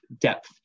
depth